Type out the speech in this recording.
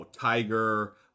tiger